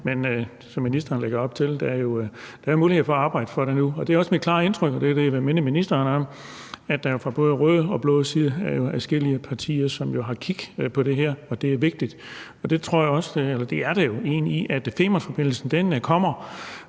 men som ministeren lægger op til, er der jo mulighed for at arbejde for det nu. Det er mit klare indtryk, og det er det, jeg vil minde ministeren om, at der jo fra blå og rød side er adskillige partier, som har kig på det her, og at det er vigtigt. Det er der jo, i og med at Femernforbindelsen kommer,